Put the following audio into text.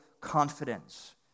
confidence